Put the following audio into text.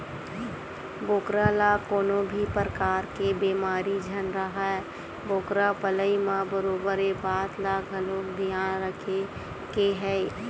बोकरा ल कोनो भी परकार के बेमारी झन राहय बोकरा पलई म बरोबर ये बात ल घलोक धियान रखे के हे